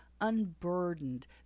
unburdened